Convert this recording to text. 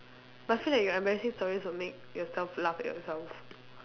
but feel like your embarrassing stories will make yourself laugh at yourself